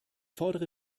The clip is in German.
fordere